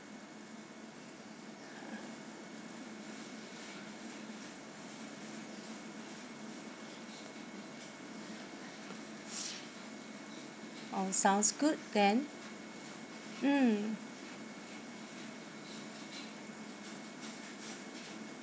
oh sounds good then mm